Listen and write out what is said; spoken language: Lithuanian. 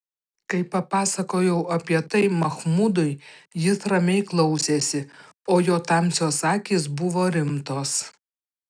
kai papasakojau apie tai machmudui jis ramiai klausėsi o jo tamsios akys buvo rimtos